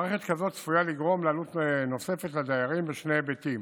מערכת כזאת צפויה לגרום לעלות נוספת לדיירים בשני היבטים.